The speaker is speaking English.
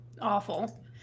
Awful